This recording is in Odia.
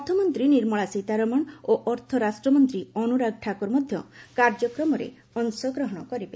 ଅର୍ଥମନ୍ତ୍ରୀ ନିର୍ମଳା ସୀତାରମଣ ଓ ଅର୍ଥରାଷ୍ଟ୍ରମନ୍ତ୍ରୀ ଅନୁରାଗ ଠାକୁର ମଧ୍ୟ କାର୍ଯ୍ୟକ୍ରମରେ ଅଂଶଗ୍ରହଣ କରିବେ